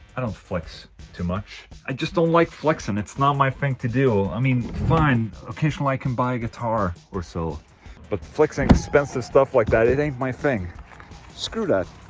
i don't flex too much. i just don't like flexing, it's not my thing to do. mean fine, occasionally i can buy a guitar or so but flexing expensive stuff like that, it ain't my thing screw that,